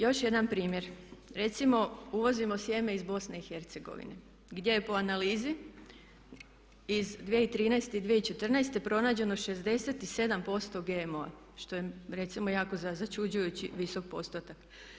Još jedan primjer, recimo uvozimo sjeme iz BiH gdje je po analizi iz 2013. i 2014. pronađeno 67% GMO-a što je recimo jako začuđuje visok postotak.